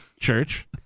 Church